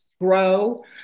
grow